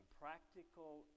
practical